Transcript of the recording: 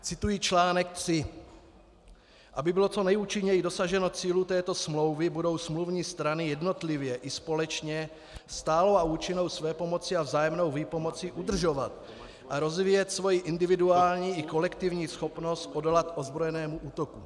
Cituji článek 3: Aby bylo co nejúčinněji dosaženo cílů této smlouvy, budou smluvní strany jednotlivě i společně stálou a účinnou svépomocí a vzájemnou výpomocí udržovat a rozvíjet svoji individuální i kolektivní schopnost odolat ozbrojenému útoku.